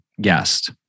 guest